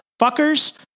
fuckers